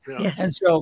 Yes